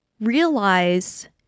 realize